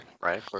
right